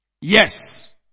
Yes